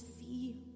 see